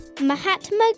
Mahatma